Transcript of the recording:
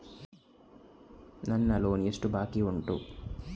ನನ್ನ ಲೋನ್ ಎಷ್ಟು ಬಾಕಿ ಉಂಟು?